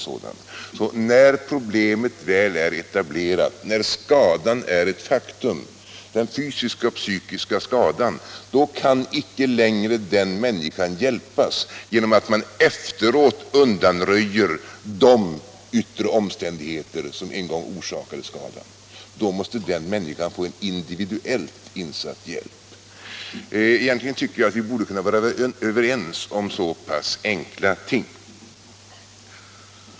Men när problemet väl är etablerat, när den fysiska och psykiska skadan är ett faktum, då kan icke längre den människan hjälpas genom att man efteråt undanröjer de yttre omständigheter som en gång orsakade skadan. Då måste den människan få en individuellt insatt hjälp. Egentligen tycker jag att vi borde vara överens om så pass enkla ting.